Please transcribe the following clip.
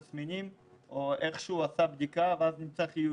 תסמינים או איכשהו עשה בדיקה ויצא חיובי,